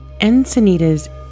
Encinitas